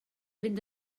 fynd